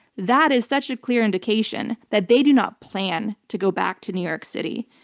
that is such a clear indication that they do not plan to go back to new york city.